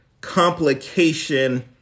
complication